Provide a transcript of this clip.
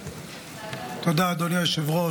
תודה, אדוני היושב-ראש.